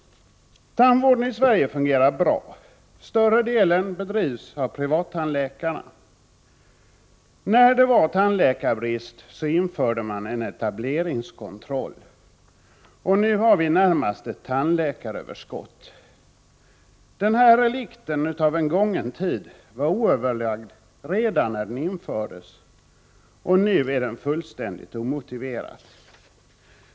Tandvården i Sverige fungerar bra. Större delen av vården bedrivs av privattandläkarna. När tandläkarbrist rådde införde man en etableringskontroll. Nu har vi närmast ett tandläkaröverskott. Denna relikt av en gången tid, som var oöverlagd redan när den infördes, är numera fullständigt omotiverad.